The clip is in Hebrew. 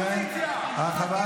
בטלוויזיה?